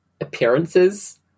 appearances